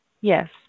Yes